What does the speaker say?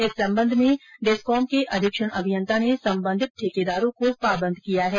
इस संबंध में डिस्कॉम के अधीक्षण अभियंता ने संबंधित ठेकेदारों को पाबंद किया है